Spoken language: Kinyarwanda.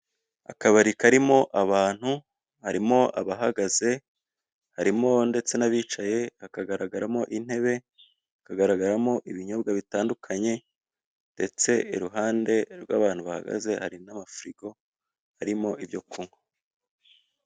Akabari karimo abantu harimo abahagaze, harimo ndetse n'abicaye, hakagaragaramo intebe, hakagaragaramo ibinyobwa bitandukanye ndetse iruhande rw'abantu bahagaze hari n'amafirigo arimo ibyo kunywa.